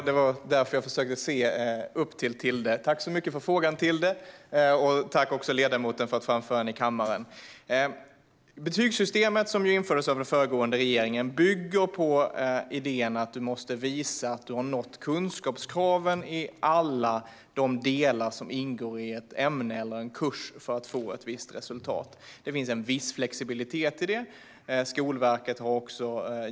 Herr talman! Jag försökte titta upp och se henne. Tack så mycket för frågan, Tilde, och tack också till ledamoten för att hon framför den i kammaren! Betygssystemet, som ju infördes av den föregående regeringen, bygger på idén att du måste visa att du har nått kunskapskraven i alla de delar som ingår i ett ämne eller en kurs för att få ett visst resultat. Det finns en viss flexibilitet i det.